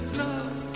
love